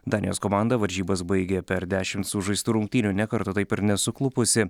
danijos komanda varžybas baigė per dešim sužaistų rungtynių nė karto taip ir nesuklupusi